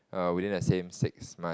err within the same six month